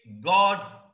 God